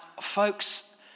folks